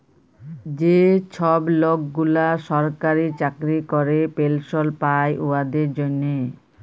যে ছব লকগুলা সরকারি চাকরি ক্যরে পেলশল পায় উয়াদের জ্যনহে